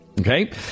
Okay